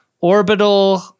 Orbital